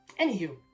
Anywho